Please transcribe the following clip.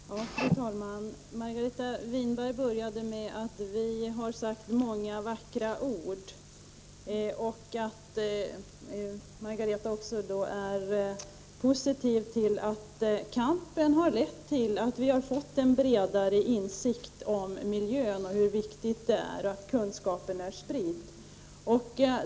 Fru talman! Margareta Winberg började med att framhålla att vi har sagt många vackra ord. Hon medgav också att kampen har lett till en bredare insikt om miljön och hur viktigt det är att kunskapen är spridd.